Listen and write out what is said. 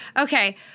Okay